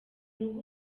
rugo